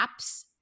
apps